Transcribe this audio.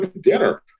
dinner